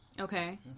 okay